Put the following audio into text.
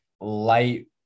light